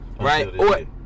right